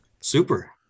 Super